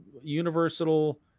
universal